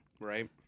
Right